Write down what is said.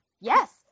yes